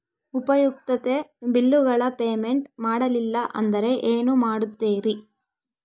ಉಪಯುಕ್ತತೆ ಬಿಲ್ಲುಗಳ ಪೇಮೆಂಟ್ ಮಾಡಲಿಲ್ಲ ಅಂದರೆ ಏನು ಮಾಡುತ್ತೇರಿ?